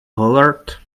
hollered